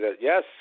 yes